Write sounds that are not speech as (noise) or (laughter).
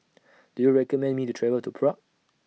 (noise) Do YOU recommend Me to travel to Prague